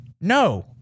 no